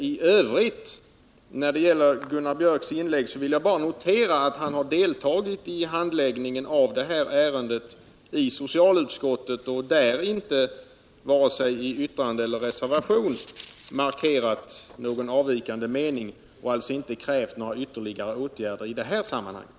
I övrigt vill jag när det gäller Gunnar Biörcks inlägg bara notera att han har deltagit i handläggningen av ärendet i socialutskottet och där inte i vare sig yttrande eller reservation markerat någon avvikande mening och alltså inte krävt några ytterligare åtgärder i det här sammanhanget.